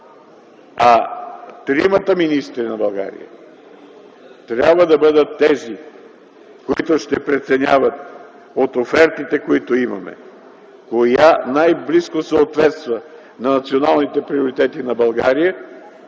а тримата министри на България трябва да бъдат тези, които ще преценяват от офертите, които имаме, коя най-близко съответства на националните приоритети на България,